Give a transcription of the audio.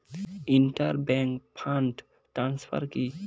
Inter bank fund transfer কি?